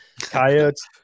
coyotes